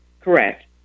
Correct